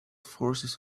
forces